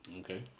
Okay